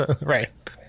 Right